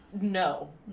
no